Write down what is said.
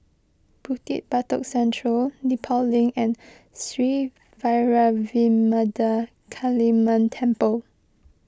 Bukit Batok Central Nepal Link and Sri Vairavimada Kaliamman Temple